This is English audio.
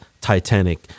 Titanic